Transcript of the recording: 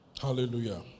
Hallelujah